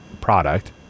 product